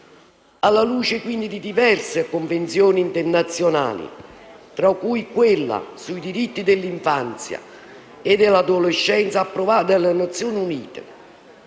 liberamente. Diverse Convenzioni internazionali, tra cui quella sui diritti dell'infanzia e dell'adolescenza approvata dalle Nazioni Unite